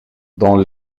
dans